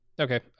Okay